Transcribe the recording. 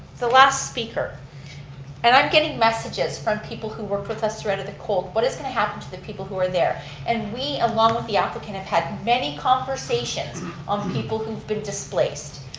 the last speaker and i'm getting messages from people who work with us for out of the cold. what is going to happen to the people who are there and we along with the applicant have had many conversations on people who've been displaced.